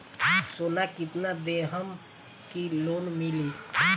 सोना कितना देहम की लोन मिली?